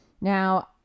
Now